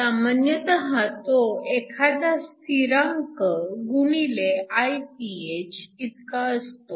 सामान्यतः तो एखादा स्थिरांक गुणिले Iph इतका असतो